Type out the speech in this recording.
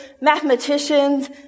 mathematicians